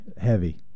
Heavy